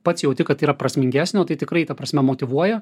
pats jauti kad yra prasmingesnio tai tikrai ta prasme motyvuoja